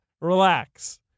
Relax